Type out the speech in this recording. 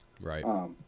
Right